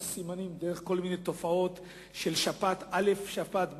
סימנים דרך כל מיני תופעות של שפעת א' ושפעת ב'.